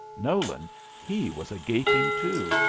nolan he was a-gaping, too,